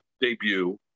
debut